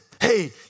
Hey